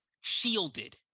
shielded